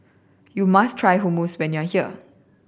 you must try Hummus when you are here